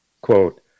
Quote